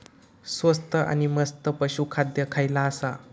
स्वस्त आणि मस्त पशू खाद्य खयला आसा?